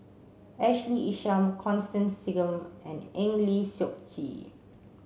Ashley Isham Constance Singam and Eng Lee Seok Chee